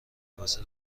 واسه